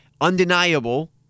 undeniable